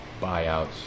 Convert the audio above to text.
buyouts